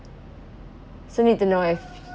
so need to know if